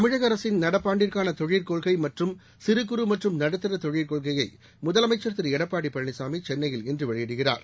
தமிழக அரசின் நடப்பாண்டுக்கான தொழிற்கொள்கை மற்றும் சிறு குறு மற்றும் நடுத்தர தொழிற்கொள்கைய முதலமைச்சர் திரு எடப்பாடி பழனிசாமி சென்னையில் இன்று வெளியிடுகிறார்